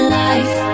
life